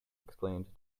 explained